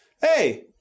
Hey